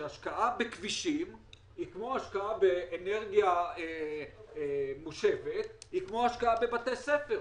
שהשקעה בכבישים היא כמו השקעה באנרגיה מושבת או השקעה בבתי ספר.